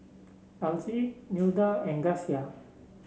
Alcie Nilda and Gracia